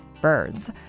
birds